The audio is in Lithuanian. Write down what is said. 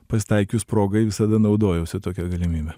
pasitaikius progai visada naudojausi tokia galimybe